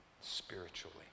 spiritually